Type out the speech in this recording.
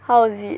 how was it